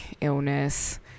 illness